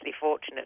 fortunate